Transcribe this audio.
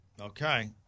Okay